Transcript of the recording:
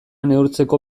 neurtzeko